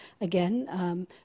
again